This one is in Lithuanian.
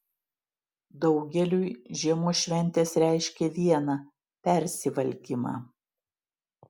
daugeliui žiemos šventės reiškia viena persivalgymą